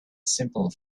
simple